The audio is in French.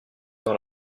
dans